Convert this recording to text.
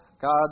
God